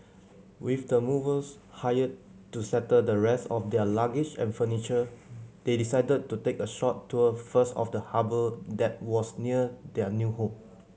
with the movers hired to settle the rest of their luggage and furniture they decided to take a short tour first of the harbour that was near their new home